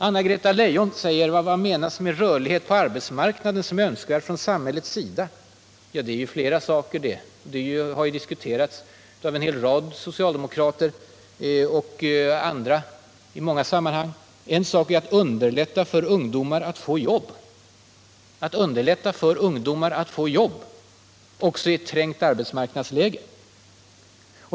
Anna-Greta Leijon frågar: Vad menas med rörlighet på arbetsmarknaden som önskvärd från samhällets sida? Det är flera saker, och frågan har diskuterats av en hel rad socialdemokrater och andra i många sammanhang. En viktig sak är att underlätta för ungdomar att få jobb, också i ett trängt arbetsmarknadsläge.